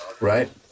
right